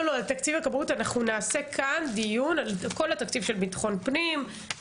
תקציב הכבאות אנחנו נעשה כאן דיון על כל התקציב של ביטחון פנים,